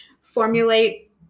formulate